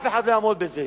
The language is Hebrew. אף אחד לא יעמוד בזה.